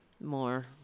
more